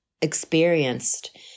experienced